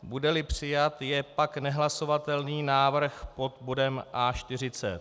Budeli přijat, je pak nehlasovatelný návrh pod bodem A40.